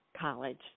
College